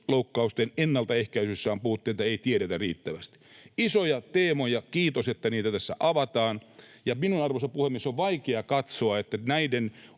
ennaltaehkäisyssä on puutteita; ei tiedetä riittävästi. Isoja teemoja. Kiitos, että niitä tässä avataan. Ja minun, arvoisa puhemies, on vaikea katsoa, että näiden